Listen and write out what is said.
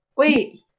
Wait